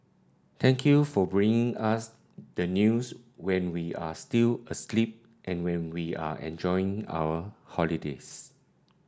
thank you for bringing us the news when we are still asleep and when we are enjoying our holidays